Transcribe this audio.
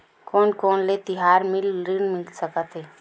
कोन कोन ले तिहार ऋण मिल सकथे?